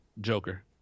joker